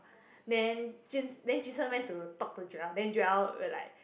then jun~ jun sheng went to talk to Joel then Joel will like